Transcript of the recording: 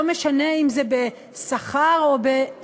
לא משנה אם זה בשכר או בחשבונית